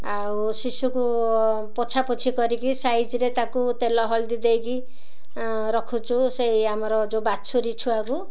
ଆଉ ଶିଶୁକୁ ପୋଛାପୋଛି କରିକି ସାଇଜରେ ତାକୁ ତେଲ ହଳଦି ଦେଇକି ରଖୁଛୁ ସେଇ ଆମର ଯେଉଁ ବାଛୁୁରୀ ଛୁଆକୁ